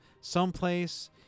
someplace